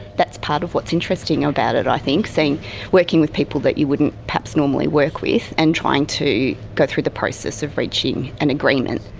that's part of what's interesting about it, i think, working with people that you wouldn't perhaps normally work with, and trying to go through the process of reaching an agreement.